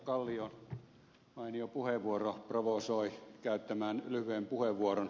kallion mainio puheenvuoro provosoi käyttämään lyhyen puheenvuoron